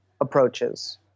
approaches